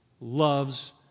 loves